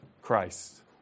Christ